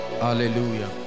Hallelujah